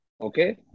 Okay